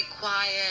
quiet